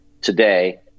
today